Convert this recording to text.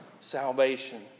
Salvation